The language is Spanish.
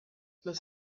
los